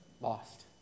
lost